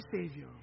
Savior